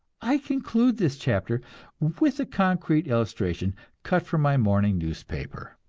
i conclude this chapter with a concrete illustration cut from my morning newspaper.